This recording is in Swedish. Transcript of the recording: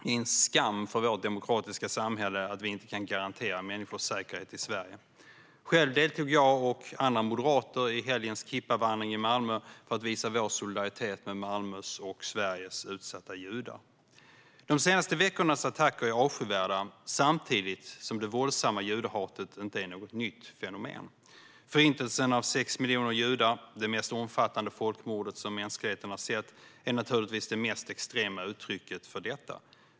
Det är en skam för vårt demokratiska samhälle att vi inte kan garantera människors säkerhet i Sverige. Själv deltog jag och andra moderater i helgens kippavandring i Malmö för att visa vår solidaritet med Malmös och Sveriges utsatta judar. De senaste veckornas attacker är avskyvärda, samtidigt som det våldsamma judehatet inte är något nytt fenomen. Förintelsen av 6 miljoner judar - det mest omfattande folkmord som mänskligheten har sett - är naturligtvis det mest extrema uttrycket för detta.